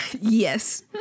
Yes